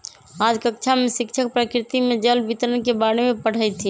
आज कक्षा में शिक्षक प्रकृति में जल वितरण के बारे में पढ़ईथीन